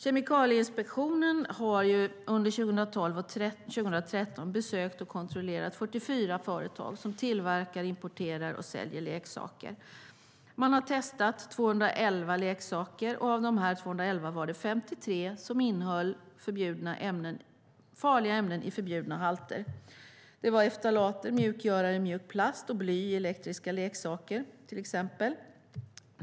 Kemikalieinspektionen har under 2012 och 2013 besökt och kontrollerat 44 företag som tillverkar, importerar och säljer leksaker. De har testat 211 leksaker, och av de 211 var det 53 som innehöll farliga ämnen i förbjudna halter. Det var ftalater, mjukgörare i mjuk plast och bly i elektriska leksaker till exempel.